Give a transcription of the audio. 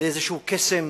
לאיזה קסם